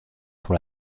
pour